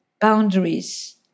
boundaries